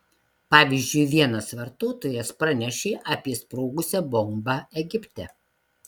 pavyzdžiui vienas vartotojas pranešė apie sprogusią bombą egipte